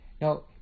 now